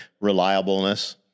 reliableness